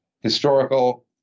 historical